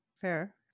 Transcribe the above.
Fair